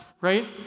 Right